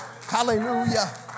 Hallelujah